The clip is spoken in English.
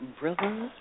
brothers